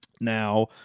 Now